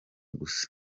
gusa